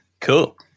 cool